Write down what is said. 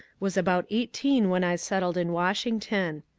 was about eighteen when i settled in washington.